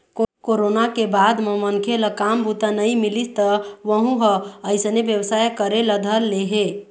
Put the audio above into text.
corona के बाद म मनखे ल काम बूता नइ मिलिस त वहूँ ह अइसने बेवसाय करे ल धर ले हे